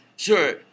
Sure